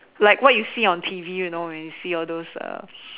like what you see on T_V you know when you see all those